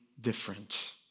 different